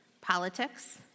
politics